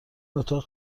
اتاق